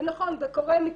ונכון, וקורה מקרים,